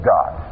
God